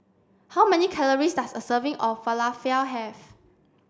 how many calories does a serving of Falafel have